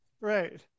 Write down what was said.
Right